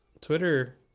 Twitter